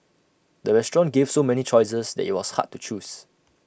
the restaurant gave so many choices that IT was hard to choose